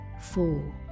Four